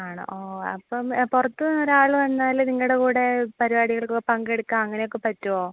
ആണോ ഓ അപ്പം പുറത്തുനിന്ന് ഒരാൾ വന്നാൽ നിങ്ങളുടെ കൂടെ പരിപാടികൾ പങ്കെടുക്കാൻ അങ്ങനെയൊക്കെ പറ്റുമോ